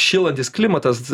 šylantis klimatas